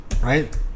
right